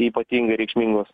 ypatingai reikšmingos